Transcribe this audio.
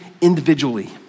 individually